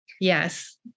Yes